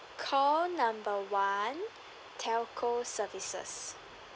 call number one telco services